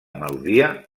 melodia